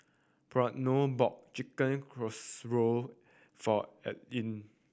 Breonna bought Chicken Casserole for Aileen